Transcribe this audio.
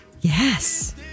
yes